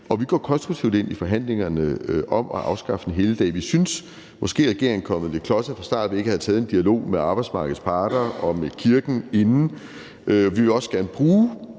og vi går konstruktivt ind i forhandlingerne om at afskaffe en helligdag. Vi synes måske, at regeringen er kommet lidt klodset fra start ved ikke at have taget en dialog med arbejdsmarkedets parter og med kirken inden. Vi vil også gerne bruge